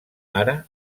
mare